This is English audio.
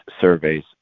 surveys